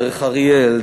דרך אריאל,